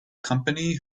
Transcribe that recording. company